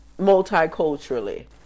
Multiculturally